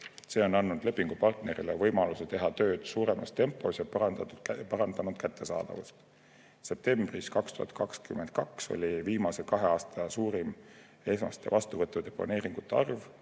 See on andnud lepingupartnerile võimaluse teha tööd kiiremas tempos ja parandanud kättesaadavust. Septembris 2022 oli viimase kahe aasta suurim esmaste vastuvõttude broneeringute arv: